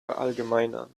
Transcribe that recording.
verallgemeinern